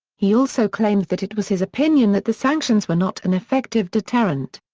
he also claimed that it was his opinion that the sanctions were not an effective deterrent.